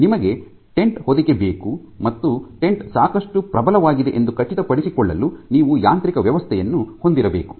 ನಿಮಗೆ ಟೆಂಟ್ ಹೊದಿಕೆ ಬೇಕು ಮತ್ತು ಟೆಂಟ್ ಸಾಕಷ್ಟು ಪ್ರಬಲವಾಗಿದೆ ಎಂದು ಖಚಿತಪಡಿಸಿಕೊಳ್ಳಲು ನೀವು ಯಾಂತ್ರಿಕ ವ್ಯವಸ್ಥೆಯನ್ನು ಹೊಂದಿರಬೇಕು